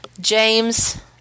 James